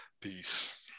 Peace